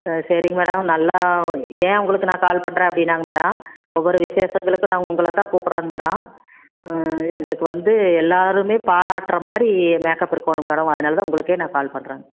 ஆ சரிங்க மேடம் நல்லா என் உங்களுக்கு நான் கால் பண்ணுறேன் அப்படினாங்க மேடம் ஒவ்வொரு விசேஷங்களுக்கும் நான் உங்களைத்தான் கூப்பிட்றேங்க மேடம் எங்களுக்கு வந்து எல்லோருமே பாராட்டுற மாதிரி மேக்அப் இருக்கணும் மேடம் அதனால தான் உங்களுக்கே நான் கால் பண்ணுறேங்க